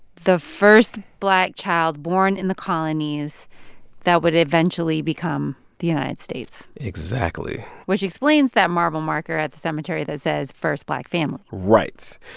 the first black child born in the colonies that would eventually become the united states. exactly. which explains that marble marker at the cemetery that says, first black family right.